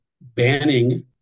banning